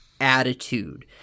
attitude